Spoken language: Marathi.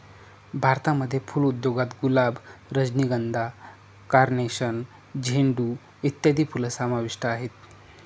भारतामध्ये फुल उद्योगात गुलाब, रजनीगंधा, कार्नेशन, झेंडू इत्यादी फुलं समाविष्ट आहेत